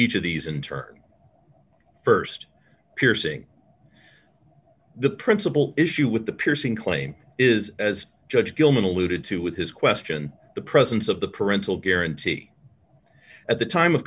each of these in turn st piercing the principal issue with the piercing claim is as judge gilman alluded to with his question the presence of the parental guarantee at the time of